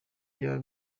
vyoba